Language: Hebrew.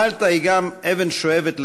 מלטה היא גם אבן שואבת לתיירים,